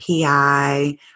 PI